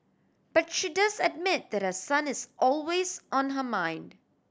but she does admit that her son is always on her mind